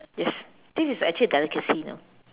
yes this is actually a delicacy you know